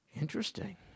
Interesting